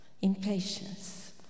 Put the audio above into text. impatience